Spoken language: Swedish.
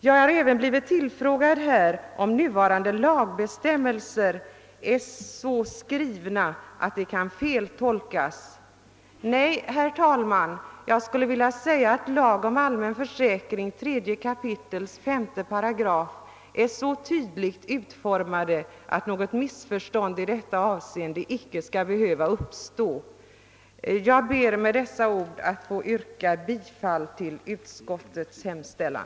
Jag har även blivit tillfrågad om nuvarande lagbestämmelser är så formulerade att de kan feltolkas. Nej, herr talman, 3 kap. 5 § lagen om allmän försäkring är så tydligt utformad, att något missförstånd i detta avseende icke skall behöva uppstå. Jag ber med dessa ord att få yrka bifall till utskottets hemställan.